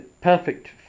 perfect